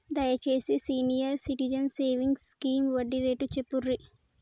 దయచేసి senior citizens savings scheme వడ్డీ rate చెప్పుర్రి